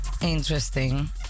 interesting